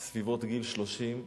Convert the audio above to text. סביבות גיל 30,